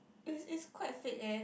it's it's quite fake eh